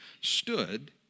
stood